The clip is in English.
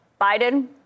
Biden